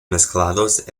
mezclados